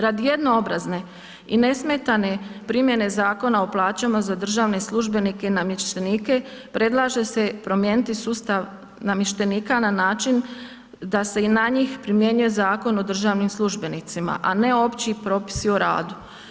Radi jednoobrazne i nesmetane primjene Zakona o plaćama za državne službenike i namještenike predlaže se promijeniti sustav namještenika na način da se i na njih primjenjuje Zakon o državnim službenicima a ne opći propisi u radu.